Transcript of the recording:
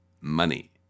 Money